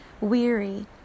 weary